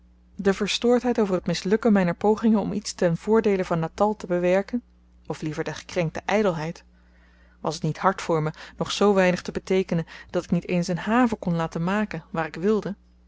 de verstoordheid over t mislukken myner pogingen om iets ten voordeele van natal te bewerken of liever de gekrenkte ydelheid was t niet hard voor me nog zoo weinig te beteekenen dat ik niet eens een haven kon laten maken waar ik wilde